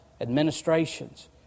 administrations